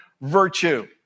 virtue